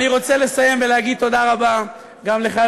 אני רוצה לסיים ולהגיד תודה רבה גם לך,